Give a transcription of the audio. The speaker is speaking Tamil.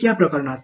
மாணவர்1